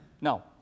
No